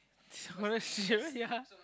scholarship yeah